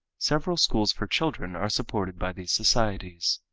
several schools for children are supported by these societies.